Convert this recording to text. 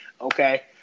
okay